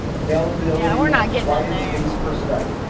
availability of quiet space for study,